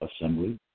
assembly